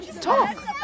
talk